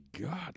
god